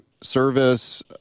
service